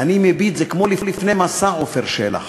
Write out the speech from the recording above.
אני דווקא מרגיש אווירת אס"ק.